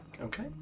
Okay